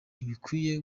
ntibikwiye